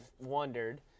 wondered